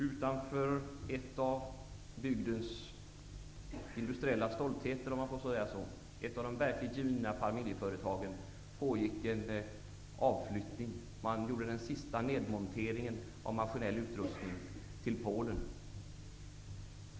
Utanför ett av bygdens industriella stoltheter, om man får säga så, ett av de verkligt genuina familjeföretagen, pågick en avflyttning. Man gjorde den sista nedmonteringen av maskinell utrustning till Polen.